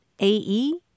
A-E